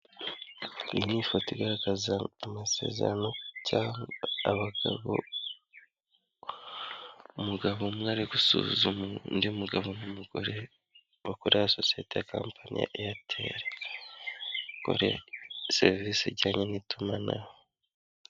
Iyi ni ifoto igaragaza amasezerano cyangwa abagabo, umugabo umwe ari gusuzuma undi mugabo n'umugore bakorera sosiyete ya kampani ya Airtel bakora serivisi ijyanye n'itumanaho.